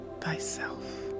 thyself